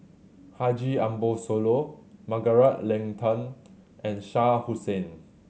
Haji Ambo Sooloh Margaret Leng Tan and Shah Hussain